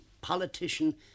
politician